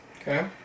Okay